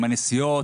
עם הנסיעות,